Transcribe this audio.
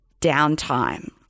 downtime